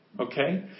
Okay